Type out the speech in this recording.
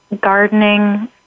gardening